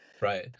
Right